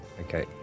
Okay